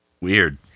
Weird